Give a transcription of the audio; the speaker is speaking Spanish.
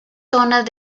zonas